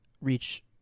reach